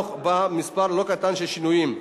לערוך בה מספר לא קטן של שינויים,